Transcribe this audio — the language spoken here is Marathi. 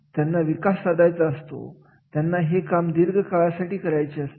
त्यांना विकास साधायचा असतो त्यांना हे काम दीर्घकाळासाठी करायची असते